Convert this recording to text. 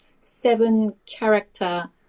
seven-character